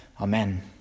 Amen